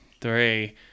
three